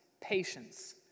patience